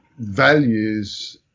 values